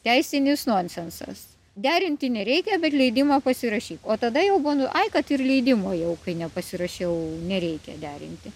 teisinis nonsensas derinti nereikia bet leidimo pasirašyt o tada jau ai kad ir leidimo jau kai nepasirašiau nereikia derinti